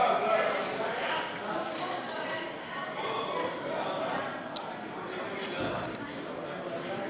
ההצעה להעביר את הצעת חוק חוזה הביטוח (תיקון,